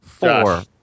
Four